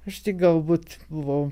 aš tik galbūt buvau